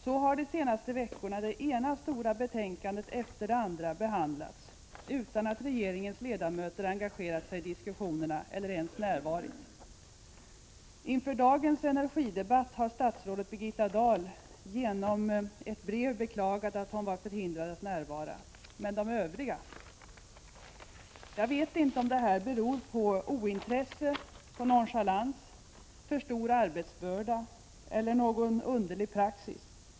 Så har de senaste veckorna det ena stora betänkandet efter det andra behandlats utan att regeringens ledamöter engagerat sig i diskussionerna, eller ens närvarit. Inför dagens energidebatt har statsrådet Birgitta Dahl genom ett brev beklagat att hon varit förhindrad att närvara. Men de övriga? Jag vet inte om detta beror på ointresse, nonchalans, för stor arbetsbörda eller en något underlig praxis.